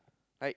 like